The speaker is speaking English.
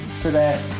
today